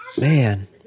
man